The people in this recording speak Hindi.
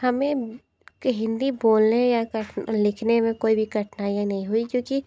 हमें हिंदी बोलने या लिखने में कोई भी कठिनाइयाँ नहीं हुई क्योंकि